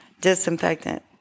Disinfectant